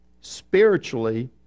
spiritually